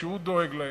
שהוא דואג להם,